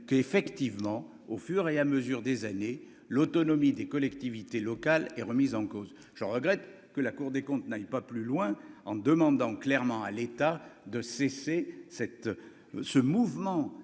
qu'effectivement au fur et à mesure des années, l'autonomie des collectivités locales et remise en cause, je regrette que la Cour des comptes n'aille pas plus loin en demandant clairement à l'état de cesser cette ce mouvement,